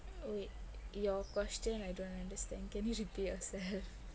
wait your question I don't understand can you repeat yourself